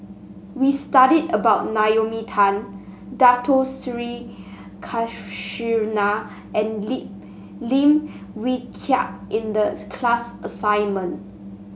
we studied about Naomi Tan Dato Sri Krishna and Lim Lim Wee Kiak in the class assignment